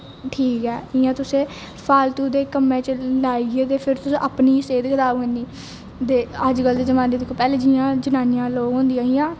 ठीक ऐ जियां तुसें फालतू दे कम्मे च लाइयै ते फिर तुसें अपनी सेहत खराब़ करनी दे अजकल दे जमाने च पैहलें जियां जनानियां लोक होदियां हि